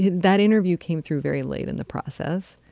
that interview came through very late in the process.